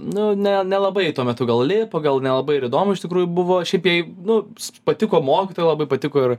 nu ne nelabai tuo metu gal lipo gal nelabai ir įdomu iš tikrųjų buvo šiaip jai nu patiko mokytoja labai patiko ir